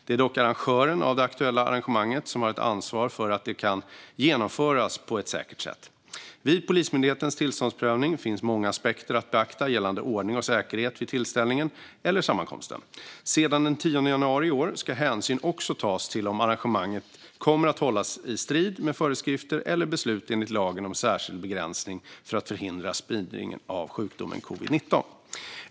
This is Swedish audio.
Det är dock arrangören av det aktuella arrangemanget som har ansvaret för att det kan genomföras på ett säkert sätt. Vid Polismyndighetens tillståndsprövning finns många aspekter att beakta gällande ordning och säkerhet vid tillställningen eller sammankomsten. Sedan den 10 januari i år ska hänsyn också tas till om arrangemanget kommer att hållas i strid med föreskrifter eller beslut enligt lagen om särskilda begränsningar för att förhindra spridning av sjukdomen covid-19.